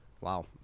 Wow